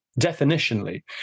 Definitionally